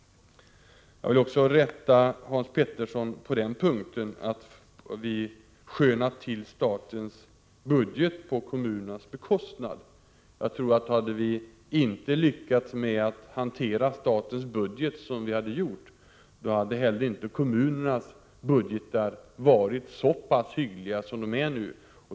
Jag vill också rätta Hans Petersson på den punkten, att vi ”skönar till” statens budget på kommunernas bekostnad. Hade vi inte lyckats hantera statens budget som vi har gjort, hade inte heller kommunernas budgetar varit så hyggliga som de är nu.